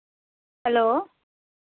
hello